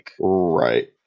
Right